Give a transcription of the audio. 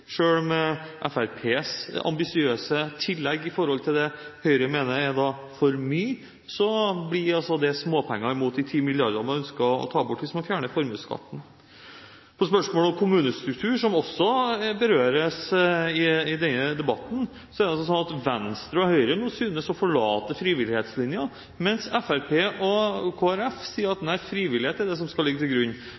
med Fremskrittspartiets ambisiøse tillegg i forhold til det Høyre mener er for mye, blir det småpenger mot de 10 mrd. kr man ønsker å ta bort hvis man fjerner formuesskatten. Når det gjelder spørsmålet om kommunestruktur, som også berøres i denne debatten, synes Venstre og Høyre å forlate frivillighetslinjen, mens Fremskrittspartiet og Kristelig Folkeparti sier at frivillighet skal ligge til grunn. Det må selvfølgelig ses i lys av at Fremskrittspartiet har sagt at